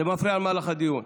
זה מפריע למהלך הדיון.